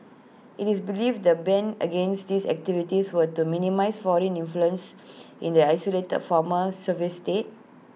IT is believed the ban against these activities were to minimise foreign influence in the isolated former Soviet state